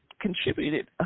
contributed